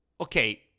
okay